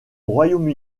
royaume